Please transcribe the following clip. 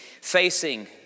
facing